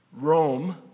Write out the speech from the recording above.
Rome